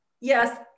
yes